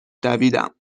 دویدم